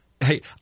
Hey